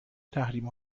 تحریم